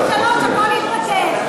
הכול ייפתר,